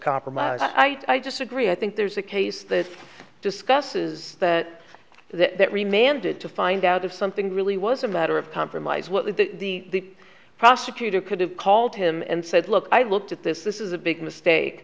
compromise i disagree i think there's a case that discusses that that remained it to find out if something really was a matter of compromise what the prosecutor could have called him and said look i've looked at this this is a big mistake